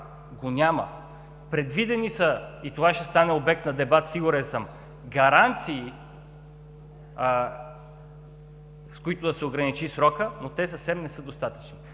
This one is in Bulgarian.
го няма. Предвидени са – и това ще стане обект на дебат, сигурен съм – гаранции, с които да се ограничи срокът, но те съвсем не са достатъчни.